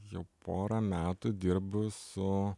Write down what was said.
jau porą metų dirbu su